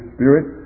Spirit